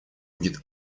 будет